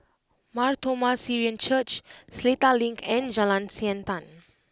Mar Thoma Syrian Church Seletar Link and Jalan Siantan